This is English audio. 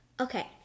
Okay